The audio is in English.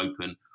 open